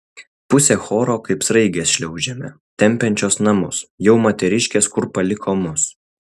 pusė choro kaip sraigės šliaužiame tempiančios namus jau moteriškės kur paliko mus